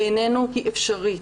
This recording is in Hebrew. בעינינו היא אפשרית.